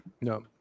no